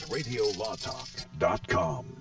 Radiolawtalk.com